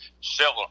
civil